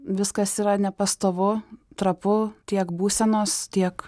viskas yra nepastovu trapu tiek būsenos tiek